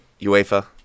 UEFA